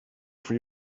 for